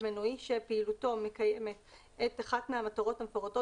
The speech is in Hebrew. רכב מנועי שפעילותו מקיימת את אחת מהמטרות המפורטות